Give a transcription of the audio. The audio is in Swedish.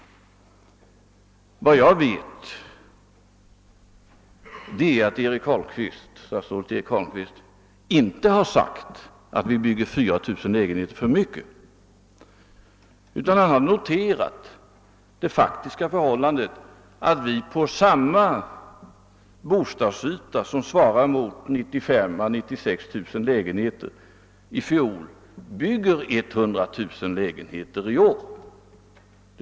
Enligt vad jag vet har statsrådet Eric Holmqvist inte sagt att vi bygger 4 000 lägenheter för mycket, utan han har noterat det faktiska förhållandet att vi i år på samma bostadsyta, som i fjol svarade mot 95 000 å 96 000 lägenheter, bygger 100 000 lä genheter.